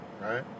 Right